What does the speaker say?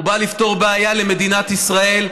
הוא בא לפתור בעיה למדינת ישראל.